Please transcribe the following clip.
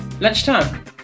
lunchtime